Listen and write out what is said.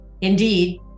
indeed